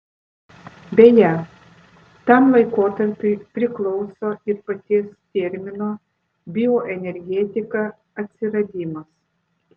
beje tam laikotarpiui priklauso ir paties termino bioenergetika atsiradimas